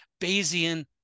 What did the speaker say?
Bayesian